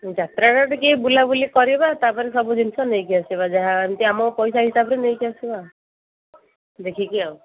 ଯାତ୍ରା ରେ ଟିକେ ବୁଲାବୁଲି କରିବା ତାପରେ ସବୁ ଜିନିଷ ନେଇକି ଆସିବା ଯାହା ଏମିତି ଆମ ପଇସା ହିସାବରେ ନେଇକି ଆସିବା ଦେଖିକି ଆଉ